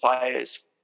players